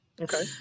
Okay